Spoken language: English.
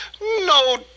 No